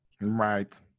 Right